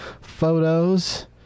photos